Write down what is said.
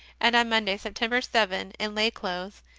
and on monday, september seven, in lay clothes,